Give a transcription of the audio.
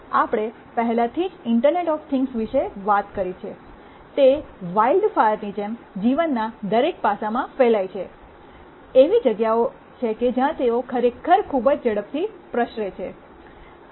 આપણે પહેલેથી જ ઇન્ટરનેટ ઓફ થિંગ્સ વિશે વાત કરી છે તે વાઈલ્ડ ફાયર ની જેમ જીવનના દરેક પાસામાં ફેલાય છે એવી જગ્યાઓ છે કે જ્યાં તેઓ ખરેખર ખૂબ જ ઝડપથી પ્રસરે છે